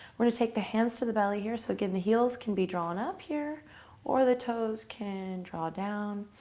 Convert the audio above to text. we're going to take the hands to the belly here. so again, the heels can be drawn up here or the toes can draw down.